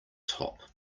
top